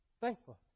thankful